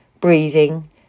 breathing